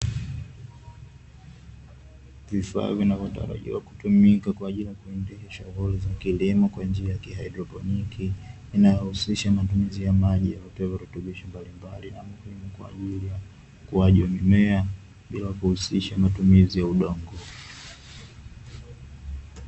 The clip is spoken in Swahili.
Vifaa vinavyotarajiwa kutumika kwa ajili ya kuendesha shughuli za kilimo kwa njia za kihaidroponia, inayohusisha matumizi ya maji yaliyotiwa virutubisho mbalimbali, ambapo ni kwa ajili ya ukuaji wa mimea bila kuhusisha matumizi ya udongo.